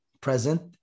present